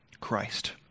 Christ